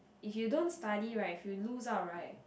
if you don't study right if you lose out right